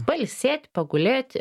pailsėt pagulėt